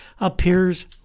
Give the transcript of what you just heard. appears